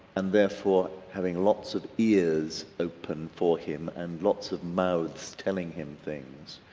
and therefore having lots of ears open for him, and lots of mouths telling him things,